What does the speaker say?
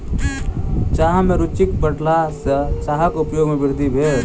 चाह में रूचिक बढ़ला सॅ चाहक उपयोग में वृद्धि भेल